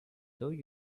though